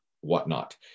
whatnot